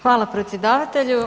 Hvala predsjedavatelju.